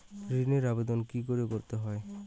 ঋণের আবেদন কি করে করতে হয়?